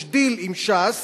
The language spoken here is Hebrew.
יש דיל עם ש"ס